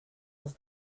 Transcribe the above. els